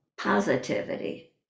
positivity